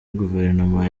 guverinoma